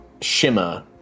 shimmer